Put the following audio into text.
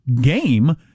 game